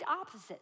opposites